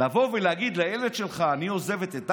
לבוא ולהגיד לילד שלך: אני עוזבת את אבא,